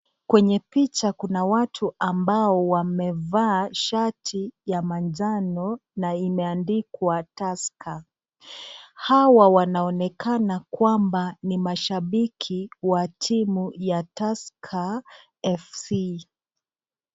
Kwenye picha kuna watu ambao wamevaa shati ya manjano na imeandikwa tusker. Hawa wanaonekana kwamba ni mashabiki wa timu ya tusker fc.